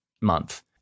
month